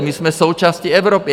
My jsme součástí Evropy.